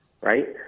right